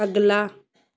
ਅਗਲਾ